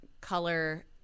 color